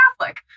Catholic